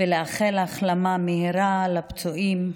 ולאחל החלמה מהירה לפצועים.